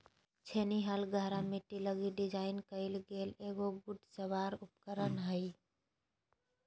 छेनी हल गहरा मिट्टी लगी डिज़ाइन कइल गेल एगो घुड़सवार उपकरण हइ